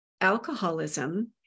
alcoholism